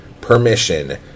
permission